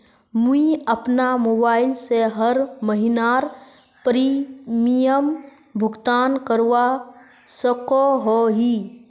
मुई अपना मोबाईल से हर महीनार प्रीमियम भुगतान करवा सकोहो ही?